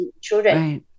children